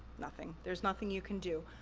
nothing, there's nothing you can do.